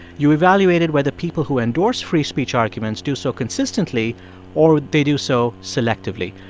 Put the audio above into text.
you evaluated whether people who endorse free speech arguments do so consistently or would they do so selectively.